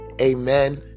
amen